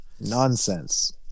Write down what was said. Nonsense